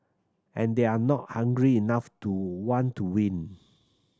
and they're not hungry enough to want to win